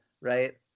right